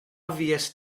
fuest